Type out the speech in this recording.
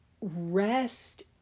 Rest